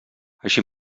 així